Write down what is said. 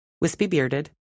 wispy-bearded